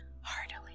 heartily